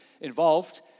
involved